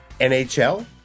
NHL